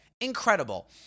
Incredible